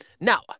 Now